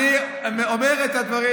אני אומר את הדברים,